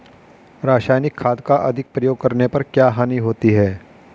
रासायनिक खाद का अधिक प्रयोग करने पर क्या हानि होती है?